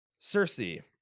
Cersei